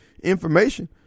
information